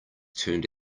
turned